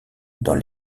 dans